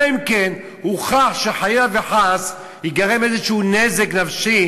אלא אם כן הוכח שחלילה וחס ייגרם איזשהו נזק נפשי